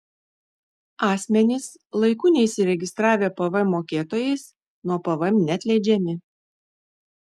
asmenys laiku neįsiregistravę pvm mokėtojais nuo pvm neatleidžiami